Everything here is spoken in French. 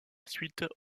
suite